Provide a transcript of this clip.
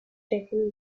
taken